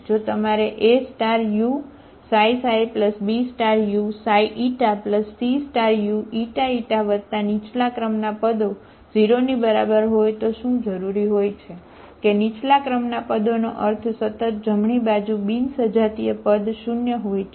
જો તમારે AuξξBuξηCuηηવત્તા નીચલા ક્રમના પદો શૂન્ય હોય છે